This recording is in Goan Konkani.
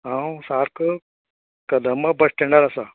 हांव सारको कदंबा बस स्टेण्डार आसा